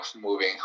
moving